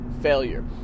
failure